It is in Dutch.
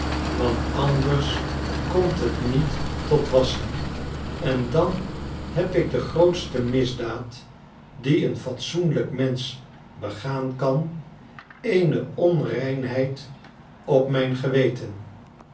want anders komt het niet tot wasschen en dan heb ik de grootste misdaad die een fatsoenlijk mensch begaan kan eene onreinheid op mijn geweten